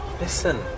Listen